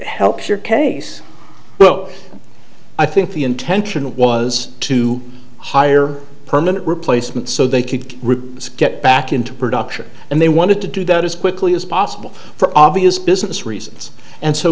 helps your case but i think the intention was to hire a permanent replacement so they could get back into production and they wanted to do that as quickly as possible for obvious business reasons and so